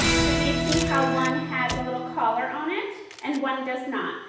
so do you see how one has a little collar on it. and one does not.